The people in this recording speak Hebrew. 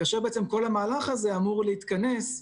כאשר כל המהלך הזה אמור להתכנס,